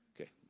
Okay